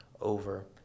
over